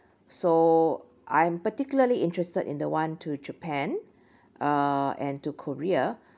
so I'm particularly interested in the one to japan uh and to korea